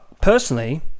Personally